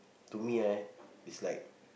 to me ah is like